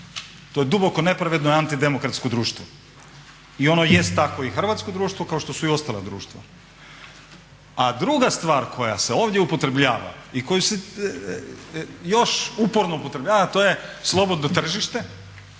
To je duboko nepravedno i antidemokratsko društvo. I ono i jest takvo i hrvatsko društvo kao što su i ostala društva. A druga stvar koja se ovdje upotrebljava i koju se još uporno upotrebljava a to je slobodno tržište.